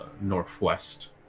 northwest